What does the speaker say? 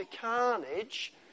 carnage